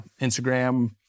Instagram